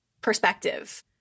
perspective